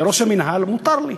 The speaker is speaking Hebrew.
כראש המינהל, מותר לי.